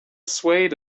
swayed